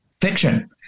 fiction